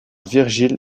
virgile